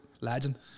Legend